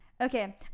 okay